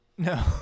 No